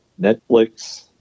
Netflix